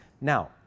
Now